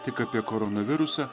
tik apie koronavirusą